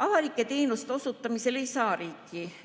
Avalike teenuste osutamisel ei saa riik